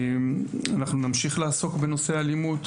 אנחנו נמשיך לעסוק בנושא האלימות.